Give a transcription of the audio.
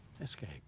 escape